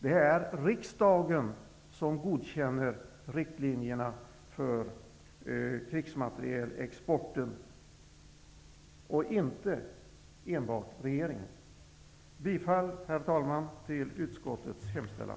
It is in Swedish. Det är riksdagen som godkänner riktlinjerna för krigsmaterielexporten, inte enbart regeringen. Jag yrkar, herr talman, bifall till utskottets hemställan.